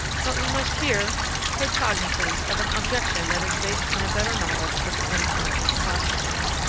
but we must here take cognizance of an objection that is based on a better knowledge of the unconscious processes.